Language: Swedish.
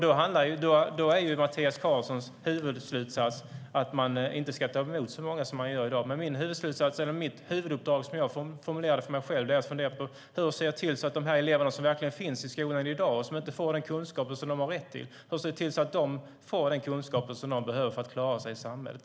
Då är Mattias Karlssons huvudslutsats att man inte ska ta emot så många som man gör i dag. Men mitt huvuduppdrag, som jag har formulerat för mig själv, är: Hur ser jag till att de elever som verkligen finns i skolan i dag och inte får de kunskaper som de har rätt till får den kunskap som de behöver för att klara sig i samhället?